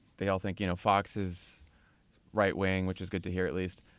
they all think you know fox is right-wing, which is good to hear at least.